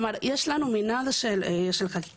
כלומר יש לנו מנעד של חקיקה.